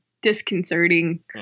disconcerting